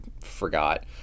forgot